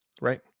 right